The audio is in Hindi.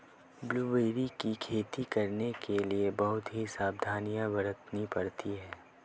ब्लूबेरी की खेती करने के लिए बहुत सी सावधानियां बरतनी पड़ती है